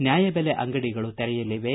ನ್ಯಾಯಬೆಲೆ ಅಂಗಡಿಗಳು ತೆರೆಯಲಿವೆ